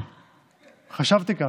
חשבתי כך.